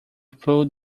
plough